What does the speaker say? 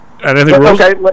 Okay